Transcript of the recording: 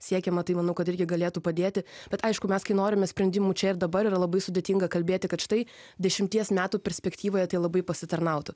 siekiama tai manau kad irgi galėtų padėti bet aišku mes kai norime sprendimų čia ir dabar yra labai sudėtinga kalbėti kad štai dešimties metų perspektyvoje tai labai pasitarnautų